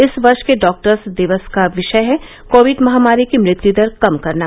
इस वर्ष के डॉक्टर्स दिवस का विषय है कोविड महामारी की मृत्य दर कम करना